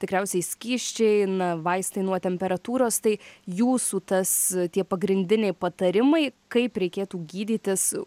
tikriausiai skysčiai na vaistai nuo temperatūros tai jūsų tas tie pagrindiniai patarimai kaip reikėtų gydytis